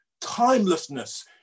timelessness